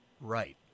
Right